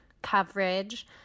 coverage